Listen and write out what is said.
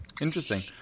Interesting